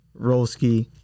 Rolski